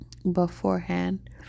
beforehand